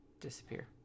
disappear